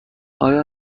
آیا